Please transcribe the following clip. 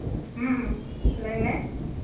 ᱞᱟᱹᱭᱢᱮ